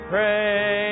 Pray